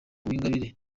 uwingabire